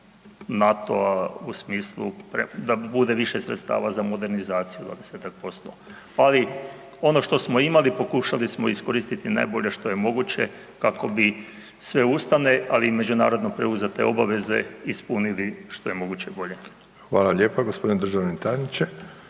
NATO-a u smislu da bude više sredstava za modernizaciju .../Govornik se ne razumije./... ali što smo imali, pokušali smo iskoristiti najbolje što je moguće kako bi sve ustavne ali i međunarodno preuzete obaveze ispunili što je moguće bolje. **Ostojić, Rajko